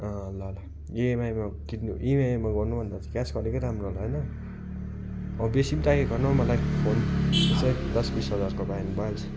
अँ ल ल इएमआईमा किन्नुप इएमआई गर्नुभन्दा त क्यास गरेकै राम्रो होला होइन अँ बेसी पनि चाहिएको होइन हौ मलाई फोन त्यस्तै दस बिस हजारको भए भइहाल्छ